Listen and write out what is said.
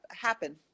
happen